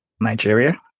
Nigeria